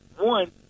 one